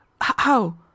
How